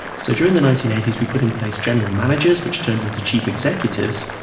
so during the nineteen eighty s we put in place general managers, which turned into chief executives,